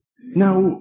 Now